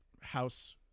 house